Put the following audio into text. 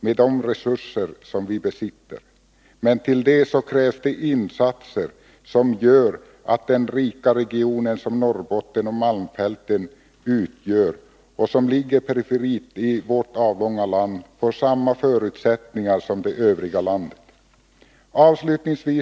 Men för det krävs insatser för att ge den rika region som Norrbotten och malmfälten utgör och som ligger perifert i vårt avlånga land samma förutsättningar som övriga delar av landet.